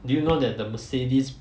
do you know that the Mercedes